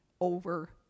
over